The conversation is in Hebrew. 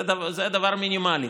זה דבר מינימלי.